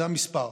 זה המספר.